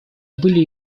были